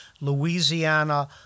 Louisiana